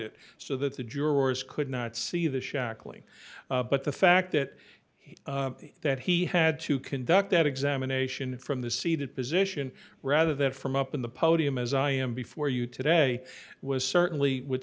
it so that the jurors could not see the shackling but the fact that he that he had to conduct that examination from the seated position rather that from up in the podium as i am before you today was certainly would